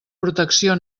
protecció